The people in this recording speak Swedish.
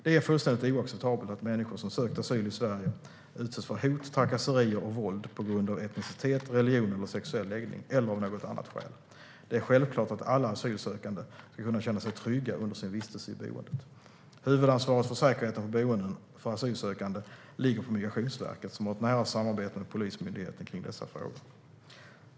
Det är fullständigt oacceptabelt att människor som sökt asyl i Sverige utsätts för hot, trakasserier och våld på grund av etnicitet, religion eller sexuell läggning - eller av något annat skäl. Det är självklart att alla asylsökande ska kunna känna sig trygga under sin vistelse i boendet. Huvudansvaret för säkerheten på boenden för asylsökande ligger på Migrationsverket, som har ett nära samarbete med Polismyndigheten kring dessa frågor.